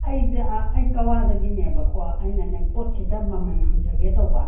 ꯑꯩ ꯑꯩ ꯀꯛꯋꯥꯗꯒꯤꯅꯦꯕꯀꯣ ꯑꯩꯅ ꯄꯣꯠ ꯈꯤꯇ ꯃꯃꯟ ꯍꯪꯖꯒꯦ ꯇꯧꯕ